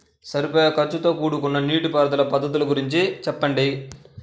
సరిపోయే ఖర్చుతో కూడుకున్న నీటిపారుదల పద్ధతుల గురించి చెప్పండి?